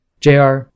JR